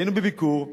היינו בביקור,